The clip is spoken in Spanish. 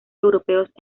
europeos